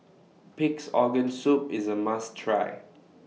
Pig'S Organ Soup IS A must Try